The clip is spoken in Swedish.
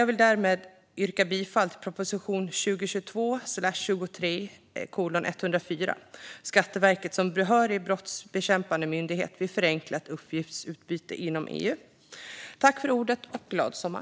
Jag vill därmed yrka bifall till proposition 2022/23:104, Skatteverket som behörig brottsbekämpande myndighet vid förenklat uppgiftsutbyte inom EU , och önska en glad sommar.